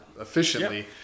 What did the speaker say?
efficiently